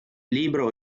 libro